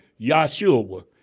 Yahshua